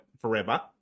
forever